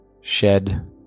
shed